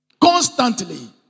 Constantly